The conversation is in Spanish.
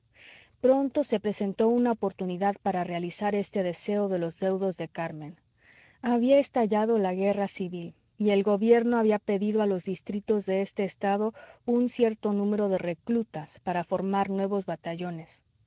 pronto se presentó una oportunidad para realizar este deseo de los deudos de carmen había estallado la guerra civil y el gobierno había pedido a los distritos de este estado un cierto número de reclutas para formar nuevos batallones